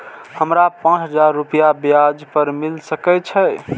हमरा पाँच हजार रुपया ब्याज पर मिल सके छे?